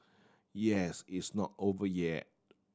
yes it's not over yet